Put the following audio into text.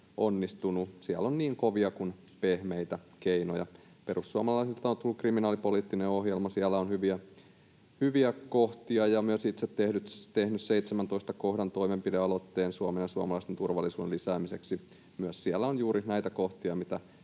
onnistuneet. Siellä on niin kovia kuin pehmeitä keinoja. Perussuomalaisilta on tullut kriminaalipoliittinen ohjelma. Siellä on hyviä kohtia, ja olen myös itse tehnyt 17 kohdan toimenpidealoitteen Suomen ja suomalaisten turvallisuuden lisäämiseksi. Myös siellä on juuri näitä kohtia, mitä